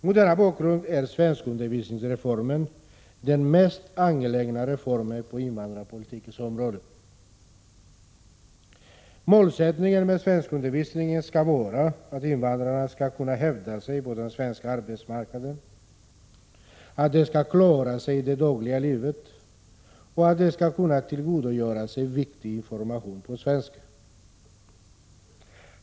Mot denna bakgrund är svenskundervisningsreformen den mest angelägna reformen på invandrarpolitikens område. Målsättningen med svenskundervisningen är att ge invandrarna kunskaper så att de skall kunna hävda sig på den svenska arbetsmarknaden, att de skall klara sig i det dagliga livet och tillgodogöra sig viktig information på svenska.